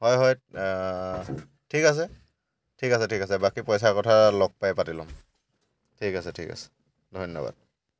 হয় হয় ঠিক আছে ঠিক আছে ঠিক আছে বাকী পইচা কথা লগ পাই পাতি ল'ম ঠিক আছে ঠিক আছে ধন্যবাদ